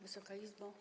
Wysoka Izbo!